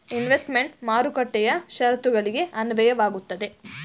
investment ಮಾರುಕಟ್ಟೆಯ ಶರತ್ತುಗಳಿಗೆ ಅನ್ವಯವಾಗುತ್ತದೆ